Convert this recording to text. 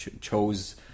chose